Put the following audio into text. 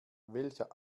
welcher